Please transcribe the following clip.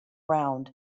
round